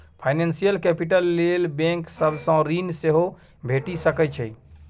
financial capital लेल bank सब सँ ऋण सेहो भेटि सकै छै